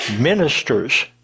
ministers